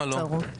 לנבצרות.